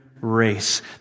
race